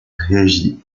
réagit